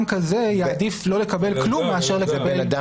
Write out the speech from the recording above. כזה יעדיף לא לקבל כלום מאשר לקבל --- אלעזר,